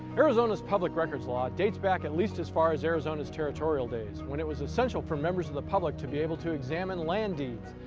arizona's public records law dates back, at least as far as arizona's territorial days, when it was essential for members of the public to be able to examine land deeds,